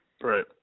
Right